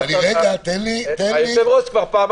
אתה מערער פעם